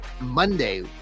Monday